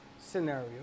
scenario